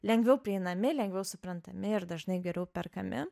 lengviau prieinami lengviau suprantami ir dažnai geriau perkami